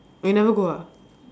you never go ah